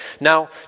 Now